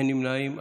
אין נמנעים.